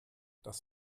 das